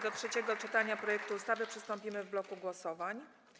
Do trzeciego czytania projektu ustawy przystąpimy w bloku głosowań.